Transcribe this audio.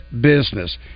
business